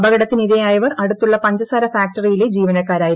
അപകടത്തിനിരയായവർ അടുത്തുള്ള പഞ്ചസാര ഫാക്ടറിയിലെ ജീവനക്കാരായിരുന്നു